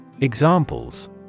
Examples